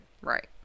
right